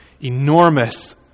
enormous